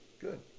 good